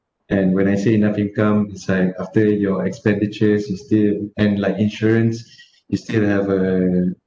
and when I say enough income it's like after your expenditures it still and like insurance it's still have a